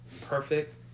perfect